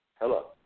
Hello